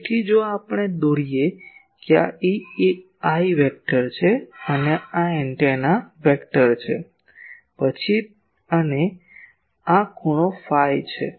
તેથી જો આપણે દોરીએ કે આ i સદિશ છે અને આ એન્ટેના સદિશ છે પછી અને આ ખૂણો ફાઈ p છે